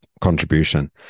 contribution